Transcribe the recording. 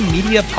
Media